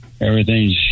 everything's